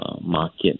market